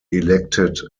elected